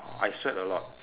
ah I sweat a lot